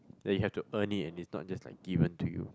that you have to earn it and it's not just like given to you